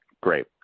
Great